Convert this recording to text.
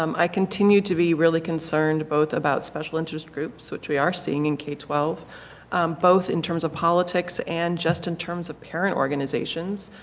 um i continue to be really concerned both about special interest groups which we are seeing in k twelve both in terms of politics and just in terms of parent organizations.